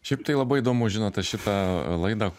šiaip tai labai įdomu žinot aš šitą laidą